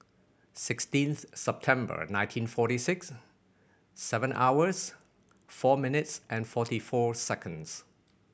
sixteen September nineteen forty six seven hours four minutes and forty four seconds